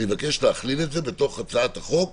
אני מבקש לכלול את זה בהצעת החוק,